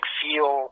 feel